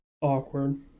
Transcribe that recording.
awkward